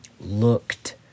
looked